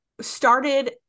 started